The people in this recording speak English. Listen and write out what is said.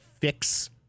fix